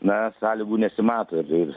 na sąlygų nesimato ir ir